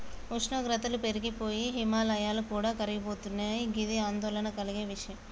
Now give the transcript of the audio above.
ఉష్ణోగ్రతలు పెరిగి పోయి హిమాయాలు కూడా కరిగిపోతున్నయి గిది ఆందోళన కలిగే విషయం